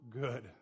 good